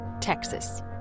Texas